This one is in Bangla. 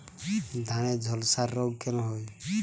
ধানে ঝলসা রোগ কেন হয়?